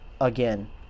again